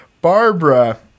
Barbara